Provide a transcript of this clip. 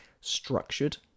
structured